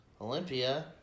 Olympia